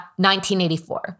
1984